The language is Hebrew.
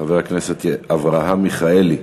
חבר הכנסת אברהם מיכאלי.